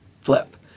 flip